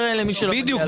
בדיוק.